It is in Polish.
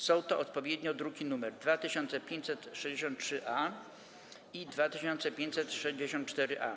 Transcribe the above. Są to odpowiednio druki nr 2563-A i 2564-A.